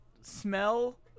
smell